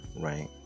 Right